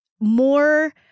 more